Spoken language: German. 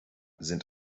sind